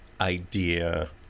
idea